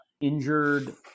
injured –